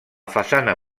façana